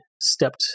stepped